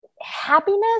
happiness